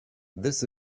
this